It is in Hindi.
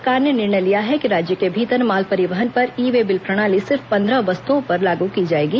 सरकार ने निर्णय लिया है कि राज्य के भीतर माल परिवहन पर ई वे बिल प्रणाली सिर्फ पन्द्रह वस्तुओं पर लागू की जाएगी